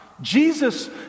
Jesus